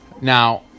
now